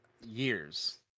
years